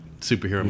superhero